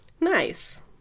Nice